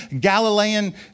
Galilean